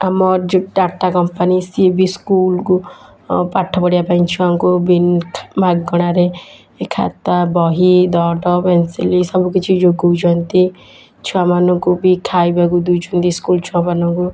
ଆମ ଯେଉଁ ଟାଟା କମ୍ପାନୀ ସିଏ ବି ସ୍କୁଲକୁ ପାଠପଢ଼ିବା ପାଇଁ ଛୁଆଙ୍କୁ ବି ମାଗଣାରେ ଖାତା ବହି ଡଟ୍ ପେନସିଲ୍ ଏ ସବୁ କିଛି ଯୋଗାଉଛନ୍ତି ଛୁଆମାନଙ୍କୁ ବି ଖାଇବାକୁ ଦଉଛନ୍ତି ସ୍କୁଲ ଛୁଆମାନଙ୍କୁ